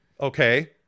Okay